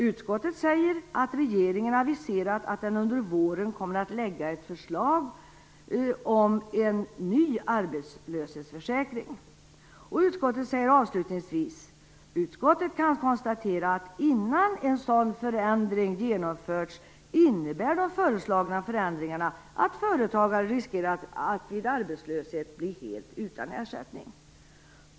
Utskottet säger att regeringen aviserat att den under våren kommer att lägga fram ett förslag om en ny arbetslöshetsförsäkring. Utskottet säger avslutningsvis: "Utskottet kan konstatera att innan en sådan förändring genomförts innebär de föreslagna förändringarna att företagare riskerar att vid arbetslöshet bli helt utan ersättning."